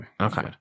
Okay